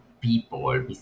people